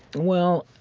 well,